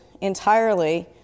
entirely